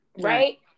right